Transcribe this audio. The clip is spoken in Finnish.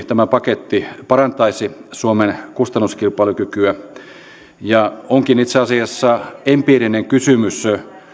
tämä paketti kokonaisuutena tietysti parantaisi suomen kustannuskilpailukykyä ja onkin itse asiassa empiirinen kysymys